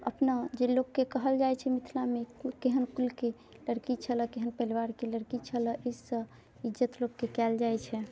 अपना जे लोकके कहल जाइ छै मिथिलामे ओ केहन कुलके लड़की छलै केहन परिवारके लड़की छलैसँ इज्जत लोकके कयल जाइ छै